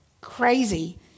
crazy